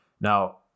Now